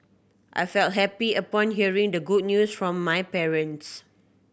I felt happy upon hearing the good news from my parents